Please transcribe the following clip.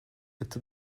это